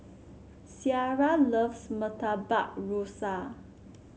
Ciara loves Murtabak Rusa